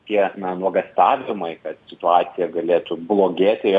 tie na nuogąstavimai kad situacija galėtų blogėti